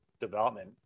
development